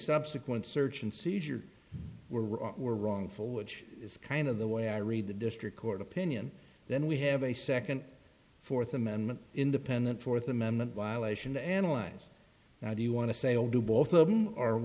subsequent search and seizure were or were wrongful which is kind of the way i read the district court opinion then we have a second fourth amendment independent fourth amendment violation to analyze do you want to say will do both of them or